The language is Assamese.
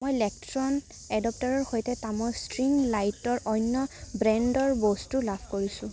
মই লেক্সট'ন এডাপ্টৰৰ সৈতে তামৰ ষ্ট্ৰিং লাইটৰ অন্য ব্ৰেণ্ডৰ বস্তু লাভ কৰিছোঁ